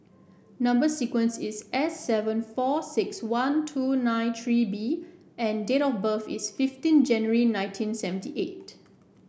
number sequence is S seven four six one two nine three B and date of birth is fifteen January nineteen seventy eight